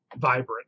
vibrant